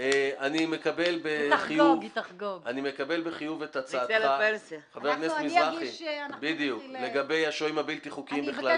אני מקבל בחיוב את הצעתך לגבי השוהים הבלתי חוקיים בכללותם.